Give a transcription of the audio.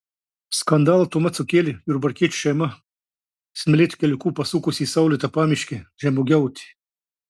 skandalą tuomet sukėlė jurbarkiečių šeima smėlėtu keliuku pasukusi į saulėtą pamiškę žemuogiauti